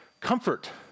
comfort